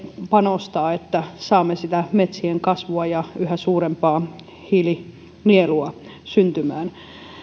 panostaa että saamme sitä metsien kasvua ja yhä suurempaa hiilinielua syntymään